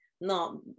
No